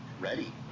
ready